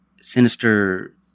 sinister